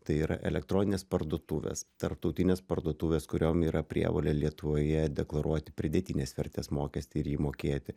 tai yra elektroninės parduotuvės tarptautinės parduotuvės kuriom yra prievolė lietuvoje deklaruoti pridėtinės vertės mokestį ir jį mokėti